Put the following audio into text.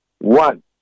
one